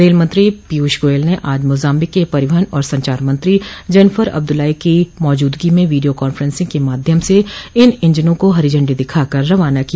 rail मंत्री पीयूष गोयल ने आज मोजाम्बिक के परिवहन और संचार मंत्री जनफर अब्दुलाई की मौजूदगी में वीडियो कांफेंसिंग के माध्यम से इन इंजनों को हरी झंडी दिखाकर रवाना किया